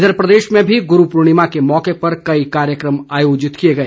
इधर प्रदेश मैं भी गुरू पूर्णिमा के मौके पर कई कार्यक्रम आयोजित किए गए